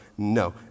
No